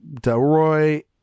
Delroy